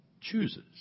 chooses